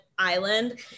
island